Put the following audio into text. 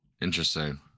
Interesting